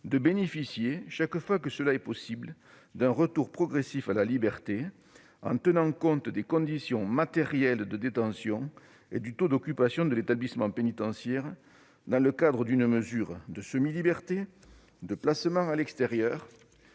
de bénéficier, chaque fois que cela est possible, d'un retour progressif à la liberté, en tenant compte des conditions matérielles de détention et du taux d'occupation de l'établissement pénitentiaire, dans le cadre d'une mesure de semi-liberté, de placement à l'extérieur,